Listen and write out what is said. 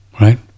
right